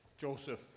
Joseph